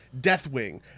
Deathwing